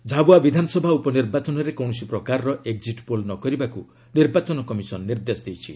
ଝାବୃଆ ବିଧାନସଭା ଉପନିର୍ବାଚନରେ କୌଣସି ପ୍ରକାରର ଏକ୍ଜିଟ୍ ପୋଲ୍ ନ କରିବାକୁ ନିର୍ବାଚନ କମିଶନ୍ ନିର୍ଦ୍ଦେଶ ଦେଇଛି